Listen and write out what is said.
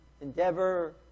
endeavor